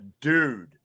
dude